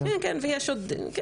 כן גם כ"א,